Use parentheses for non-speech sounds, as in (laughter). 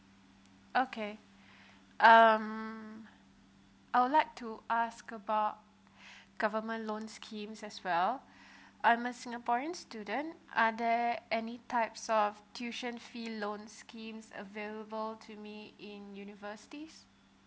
okay (breath) um I would like to ask about (breath) government loans scheme as well (breath) I'm a singaporean student are there any types of tuition fee loans schemes available to me in universities